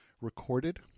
recorded